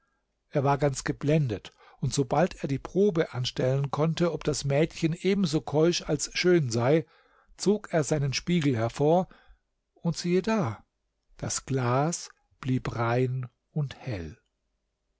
er war ganz geblendet und sobald er die probe anstellen konnte ob das mädchen ebenso keusch als schön sei zog er seinen spiegel hervor und siehe da das glas blieb rein und hell